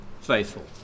faithful